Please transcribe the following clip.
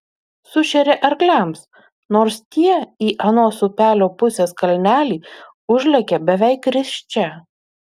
sušeria arkliams nors tie į anos upelio pusės kalnelį užlekia beveik risčia